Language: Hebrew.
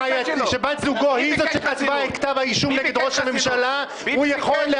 שבת זוגו היא זאת שכתבה את כתב האישור נגד ראש הממשלה -- ביבי ביקש,